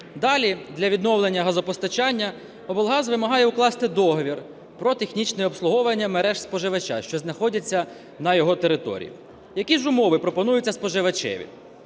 Далі для відновлення газопостачання облгаз вимагає укласти договір про технічне обслуговування мереж споживача, що знаходяться на його території. Які ж умови пропонуються споживачеві?